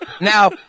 Now